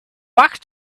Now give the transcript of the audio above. back